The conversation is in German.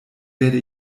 werde